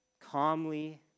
calmly